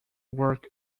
work